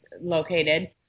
located